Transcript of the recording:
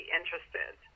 interested